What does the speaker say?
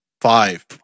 five